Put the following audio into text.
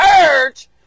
urge